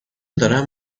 دارم